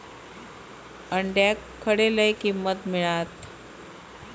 अंड्याक खडे लय किंमत मिळात?